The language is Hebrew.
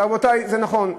רבותי, זה נכון.